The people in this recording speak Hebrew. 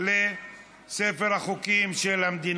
לספר החוקים של המדינה.